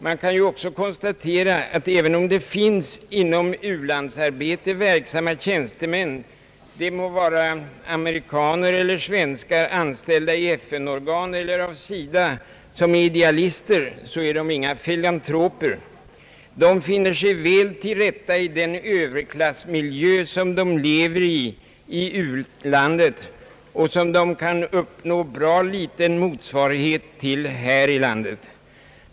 Man kan också konstatera att även om det finns inom u-landsarbetet verksam ma tjänstemän — de må vara amerikaner eller svenskar, anställda i FN-organ eller i SIDA — som är idealister, så är de inga filantroper. De finner sig väl till rätta i den överklassmiljö, i vilken de lever i u-landet och som de knappast kan uppnå någon motsvarighet till i hemlandet.